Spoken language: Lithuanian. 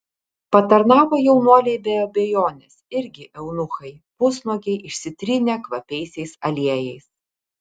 patarnavo jaunuoliai be abejonės irgi eunuchai pusnuogiai išsitrynę kvapiaisiais aliejais